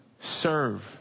serve